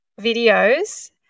videos